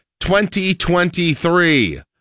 2023